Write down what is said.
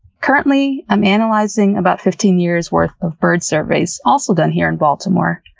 currently i'm analyzing about fifteen years' worth of bird surveys, also done here in baltimore,